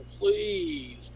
please